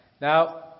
Now